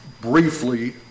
Briefly